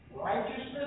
Righteousness